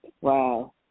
Wow